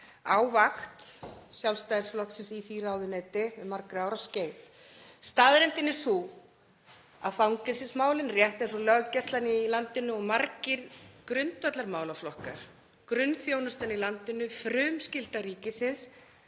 vakt Sjálfstæðisflokksins í því ráðuneyti um margra ára skeið. Staðreyndin er sú að fangelsismálin, rétt eins og löggæslan í landinu og margir grundvallarmálaflokkar; grunnþjónustan í landinu, frumskylda ríkisins,